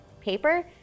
paper